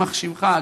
יימח שמך,